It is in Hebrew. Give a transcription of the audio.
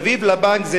מסביב לבנק,